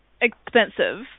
expensive